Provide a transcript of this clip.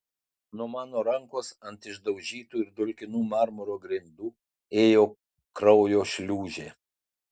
nuo mano rankos ant išdaužytų ir dulkinų marmuro grindų ėjo kraujo šliūžė